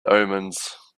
omens